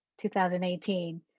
2018